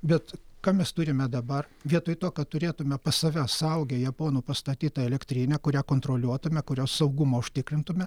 bet ką mes turime dabar vietoj to kad turėtume pas save saugią japonų pastatytą elektrinę kurią kontroliuotume kurios saugumą užtikrintume